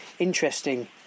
Interesting